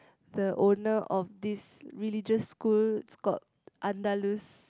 the owner of this religious school is called Andalus